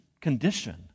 condition